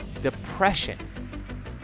depression